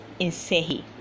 Insehi